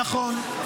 נכון.